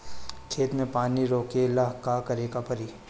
खेत मे पानी रोकेला का करे के परी?